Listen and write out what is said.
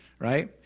Right